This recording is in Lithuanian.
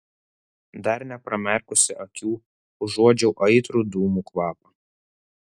dar nepramerkusi akių užuodžiau aitrų dūmų kvapą